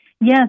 Yes